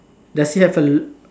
does he have a l~